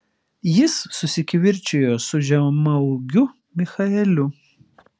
jis susikivirčijo su žemaūgiu michaeliu